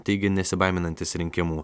teigė nesibaiminantis rinkimų